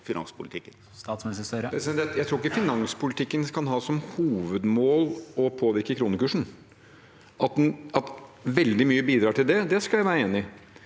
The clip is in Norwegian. finanspolitikken? Statsminister Jonas Gahr Støre Jeg tror ikke finanspolitikken kan ha som hovedmål å påvirke kronekursen. At veldig mye bidrar til det, skal jeg være enig i,